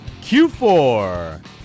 Q4